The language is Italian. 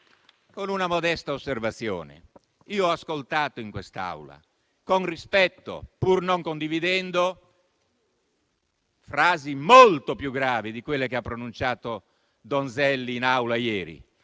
con una modesta osservazione: io ho ascoltato in quest'Aula con rispetto, pur non condividendole, frasi molto più gravi di quelle che ieri il deputato Donzelli ha